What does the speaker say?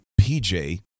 PJ